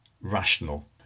rational